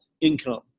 income